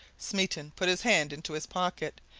smeaton put his hand into his pocket,